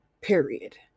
period